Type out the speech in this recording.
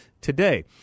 today